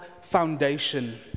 foundation